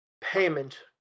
payment